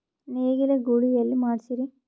ನೇಗಿಲ ಗೂಳಿ ಎಲ್ಲಿ ಮಾಡಸೀರಿ?